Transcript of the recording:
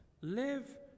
Live